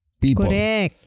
people